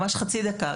ממש חצי דקה.